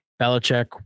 Belichick